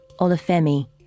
Olafemi